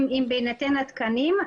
בהינתן התקנים,